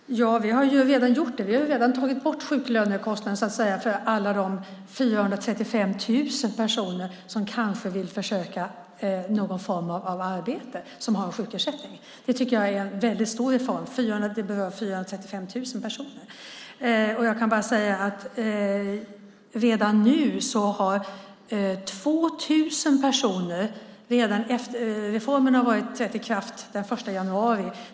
Herr talman! Vi har redan gjort det. Vi har redan tagit bort sjuklönekostnaden för alla de 435 000 personer som vill försöka sig på någon form av arbete och som har sjukersättning. Det tycker jag är en väldigt stor reform. Den berör 435 000 personer. Reformen trädde i kraft den 1 januari.